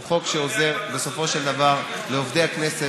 הוא חוק שעוזר בסופו של דבר לעובדי הכנסת